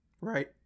Right